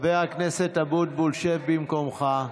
חבר הכנסת אבוטבול, שב במקומך.